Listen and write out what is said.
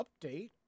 update